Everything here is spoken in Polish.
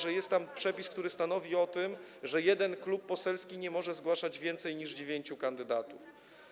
że jest tam przepis, który stanowi o tym, że jeden klub poselski nie może zgłaszać więcej niż 9 kandydatów.